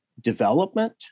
development